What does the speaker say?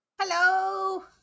Hello